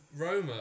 Roma